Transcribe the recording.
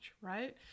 right